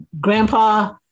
Grandpa